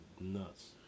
nuts